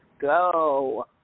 go